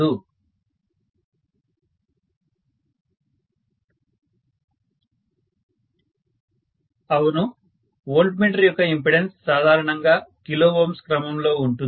student 4052 professor అవును voltmeter యొక్క impedance సాధారణంగా kΩ క్రమంలో ఉంటుంది